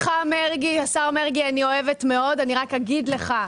קצבאות אזרח ותיק.